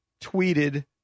tweeted